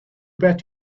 bet